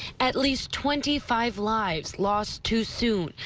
at least twenty five lives lost too soon,